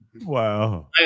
Wow